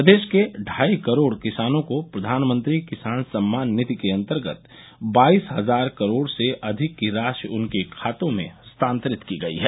प्रदेश के ढाई करोड़ किसानों को प्रधानमंत्री किसान सम्मान निधि के अन्तर्गत बाईस हजार करोड़ से अधिक की राशि उनके खातों में हस्तान्तरित की गई है